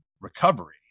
recovery